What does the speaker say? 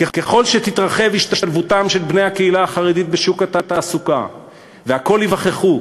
"ככל שתתרחב השתלבותם של בני הקהילה החרדית בשוק התעסוקה והכול ייווכחו,